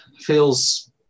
feels